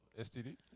STD